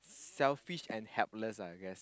selfish and helpless ah I guess